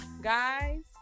guys